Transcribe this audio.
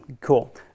cool